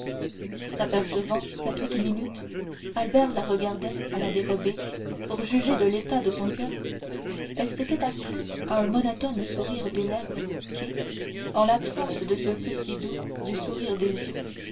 s'apercevant qu'à toute minute albert la regardait à la dérobée pour juger de l'état de son coeur elle s'était astreinte à un monotone sourire des lèvres qui en l'absence de ce feu si doux du sourire des yeux